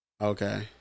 Okay